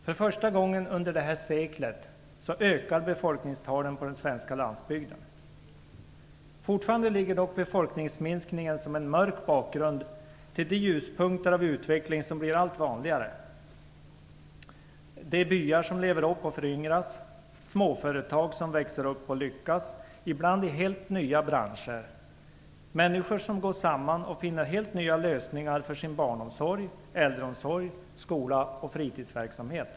För första gången under detta sekel ökar befolkningstalen på den svenska landsbygden. Fortfarande ligger dock befolkningsminskningen som en mörk bakgrund till de ljuspunkter av utveckling som blir allt vanligare. Det är byar som lever upp och föryngras, småföretag som växer upp och lyckas, ibland i helt nya branscher och människor som går samman och finner helt nya lösningar för sin barnomsorg, äldreomsorg, skola och fritidsverksamhet.